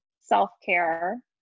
self-care